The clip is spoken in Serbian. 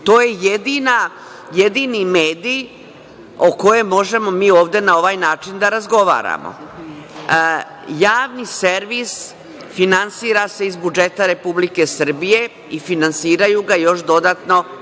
To je jedini medij o kojem možemo mi ovde na ovaj način da razgovaramo. Javni servis finansira se iz budžeta Republike Srbije i finansiraju ga još dodatno